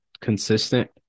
consistent